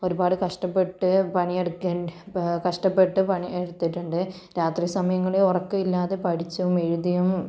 ഒരുപാട് കഷ്ടപ്പെട്ട് പണിയെടുക്കേണ്ട കഷ്ടപ്പെട്ട് പണിയെടുത്തിട്ടുണ്ട് രാത്രി സമയങ്ങളിൽ ഉറക്കമില്ലാതെ പഠിച്ചും എഴുതിയും